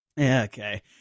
Okay